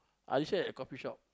I listen at coffeeshop